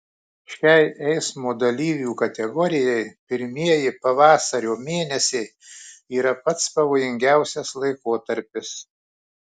šiai eismo dalyvių kategorijai pirmieji pavasario mėnesiai yra pats pavojingiausias laikotarpis